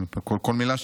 כן, לגמרי.